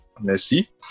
Merci